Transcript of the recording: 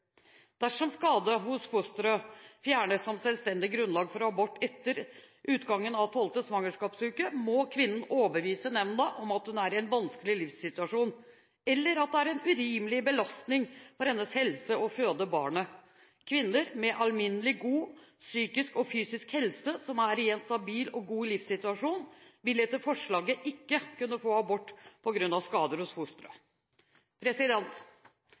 Dersom skade hos fosteret fjernes som selvstendig grunnlag for abort etter utgangen av 12. svangerskapsuke, må kvinnen overbevise nemnda om at hun er i en vanskelig livssituasjon, eller at det er en urimelig belastning for hennes helse å føde barnet. Kvinner med alminnelig god psykisk og fysisk helse som er i en stabil og god livssituasjon, vil etter forslaget ikke kunne få abort på grunn av skade hos